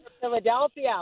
Philadelphia